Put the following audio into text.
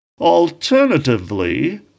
Alternatively